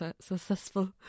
successful